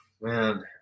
Man